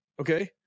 Okay